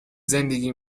زندگی